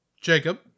Jacob